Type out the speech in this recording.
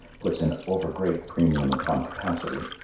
puts an over-great premium upon capacity,